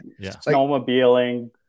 snowmobiling